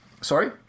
Sorry